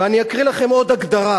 ואני אקריא לכם עוד הגדרה